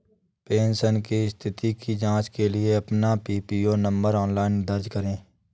pension की स्थिति की जांच के लिए अपना पीपीओ नंबर ऑनलाइन दर्ज करें